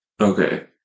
Okay